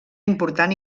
important